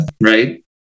right